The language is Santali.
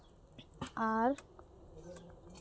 ᱟᱨ